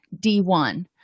D1